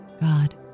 god